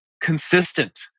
consistent